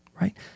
right